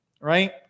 right